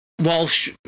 Walsh